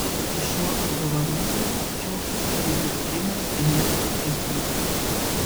šiuo apdovanojimu džiaugėsi ir jo treneris henrikas eismontas